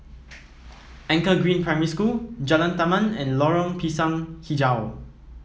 Anchor Green Primary School Jalan Taman and Lorong Pisang hijau